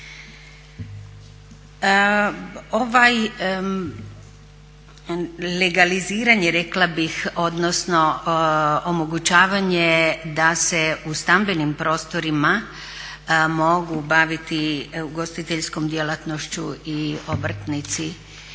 Legaliziranje rekla bih odnosno omogućavanje da se u stambenim prostorima mogu baviti ugostiteljskom djelatnošću i obrtnici